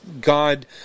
God